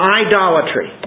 idolatry